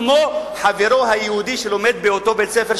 כמו חברו היהודי שלומד באותו בית-ספר,